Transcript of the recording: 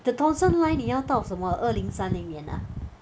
the Thomson line 你要到什么二零三零年 ah